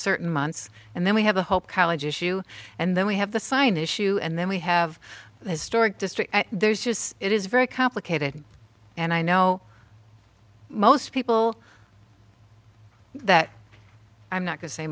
certain months and then we have a whole college issue and then we have the sign issue and then we have historic district there's just it is very complicated and i know most people that i'm not to say